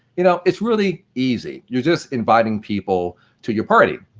you know it's really easy. you just invite people to your party.